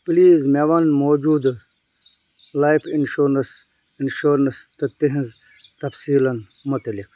please مےٚ وَن موجوٗدٕ لایِف اِنشورَنٛس انشورنس تہٕ تِہنٛزِ تفصیٖلَن مُتعلق